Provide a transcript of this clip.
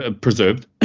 Preserved